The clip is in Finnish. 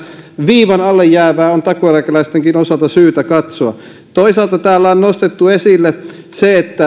viivan alle jäävää on takuueläkeläistenkin osalta syytä katsoa toisaalta täällä on nostettu esille se